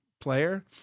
player